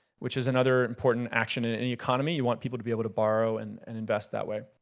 which is another important action in any economy, you want people to be able to borrow and and invest that way.